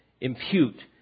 Impute